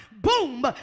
boom